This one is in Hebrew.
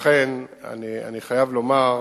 ולכן אני חייב לומר,